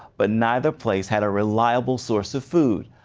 but neither place had a reliable source of food.